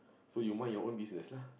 so you mind your own business lah